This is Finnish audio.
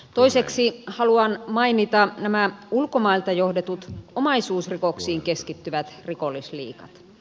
toiseksi haluan mainita nämä ulkomailta johdetut omaisuusrikoksiin keskittyvät rikollisliigat